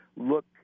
look